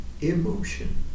emotion